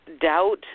doubt